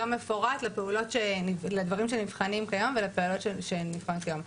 מפורט לדברים שנבחנים כיום ולפעולות שנבחנות היום.